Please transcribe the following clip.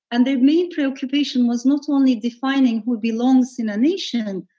and their main preoccupation was not only defining who belongs in a nation,